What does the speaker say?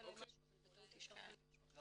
אני סיימתי.